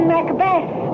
Macbeth